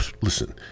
listen